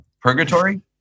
purgatory